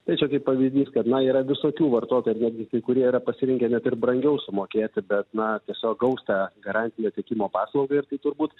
tai čia kaip pavyzdys kad na yra visokių vartotojų ir netgi kai kurie yra pasirinkę net ir brangiau sumokėti bet na tiesiog gaus tą garantinio tiekimo paslaugą ir tai turbūt